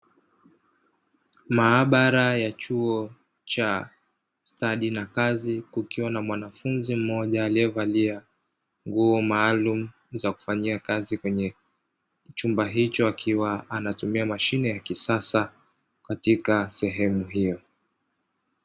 Maabara ya chuo cha stadi na kazi, kukiwa na mwanafunzi mmoja aliyevalia nguo maalumu za kufanyia kazi kwenye chumba hicho, akiwa anatumia mashine ya kisasa katika sehemu hiyo.